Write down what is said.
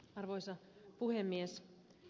arvoisa puhemies